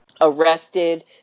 arrested